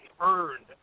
earned